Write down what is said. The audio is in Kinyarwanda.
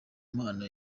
mpano